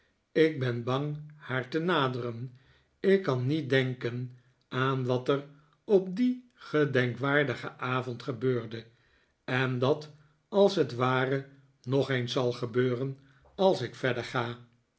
ik ben bang haar te naderen ik kan niet denken aan wat er op dien gedenkwaardigen avond gebeurde en dat als het ware nog eens zal gebeuren als ik verder ga